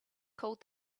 called